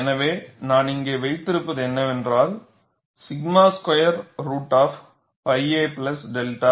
எனவே நான் இங்கே வைத்திருப்பது என்னவென்றால் 𝛔 square root of pi a plus 𝛅